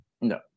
No